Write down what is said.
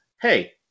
Hey